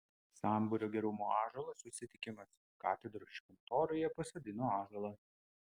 sambūrio gerumo ąžuolas susitikimas katedros šventoriuje pasodino ąžuolą